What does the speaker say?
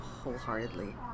wholeheartedly